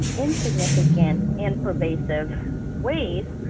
and insignificant and pervasive ways